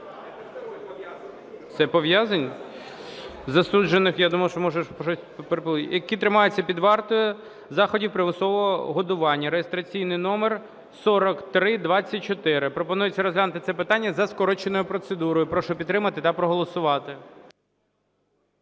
це пов'язані? Я думав, що можна…) Які тримаються під вартою, заходів примусового годування (реєстраційний номер 4324). Пропонується розглянути це питання за скороченою процедурою. Прошу підтримати та проголосувати.